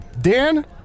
Dan